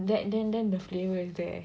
that then then the flavour is there